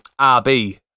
rb